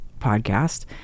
podcast